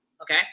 Okay